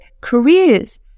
careers